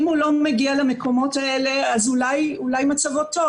אם הוא לא מגיע למקומות האלה, אז אולי מצבו טוב.